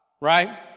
Right